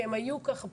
כי הם היו ככה פעם,